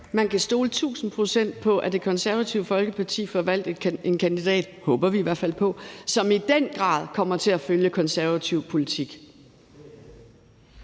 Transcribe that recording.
Man kan stole tusind procent på, at Det Konservative Folkeparti får valgt en kandidat – det håber vi i hvert fald på – som i den grad kommer til at følge konservativ politik.